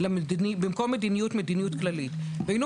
במקום "מדיניות" כותבים "מדיניות כללית" והיינו